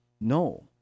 No